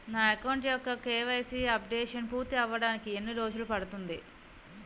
నా అకౌంట్ యెక్క KYC updation పూర్తి అవ్వడానికి ఎన్ని రోజులు పడుతుంది?